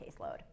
caseload